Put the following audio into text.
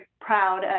proud